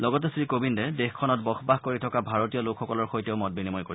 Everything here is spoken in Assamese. লগতে শ্ৰীকোবিন্দে দেশখনত বসবাস কৰি থকা ভাৰতীয় লোকসকলৰ সৈতেও মত বিনিময় কৰিব